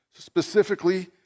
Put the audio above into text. specifically